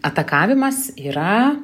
atakavimas yra